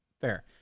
fair